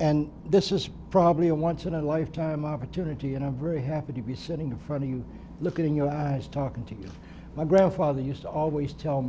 and this is probably a once in a lifetime opportunity and i'm very happy to be sitting in front of you look at in your eyes talking to you my grandfather used to always tell